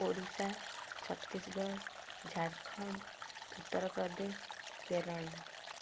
Odisha Chhattisgarh Jharkhand Uttar Pradesh Kerala